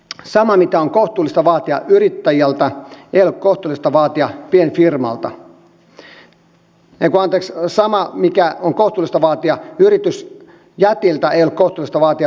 samaa mikä on kohtuullista vaatia yritysjätiltä ei ole kohtuullista vaatia pienfirmalta